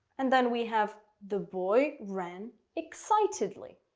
and then we have, the boy ran excitedly.